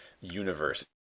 universe